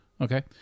Okay